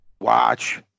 watch